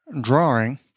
drawing